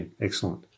excellent